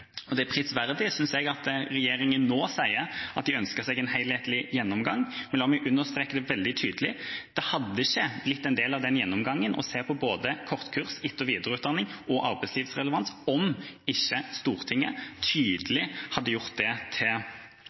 Det er prisverdig, synes jeg, at regjeringa nå sier at de ønsker seg en helhetlig gjennomgang, men la meg understreke det veldig tydelig: Det hadde ikke blitt en del av den gjennomgangen å se på både kortkurs etter videreutdanning og arbeidslivsrelevans om ikke Stortinget tydelig hadde gjort det